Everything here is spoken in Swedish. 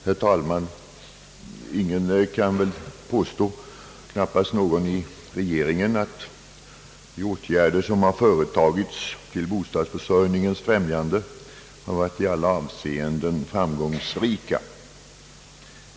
Herr talman! Ingen kan väl påstå, knappast någon i regeringen, att de åtgärder som företagits till bostadsför sörjningens främjande varit i alla avseenden framgångsrika.